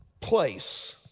place